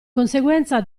conseguenza